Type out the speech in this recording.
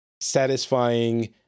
satisfying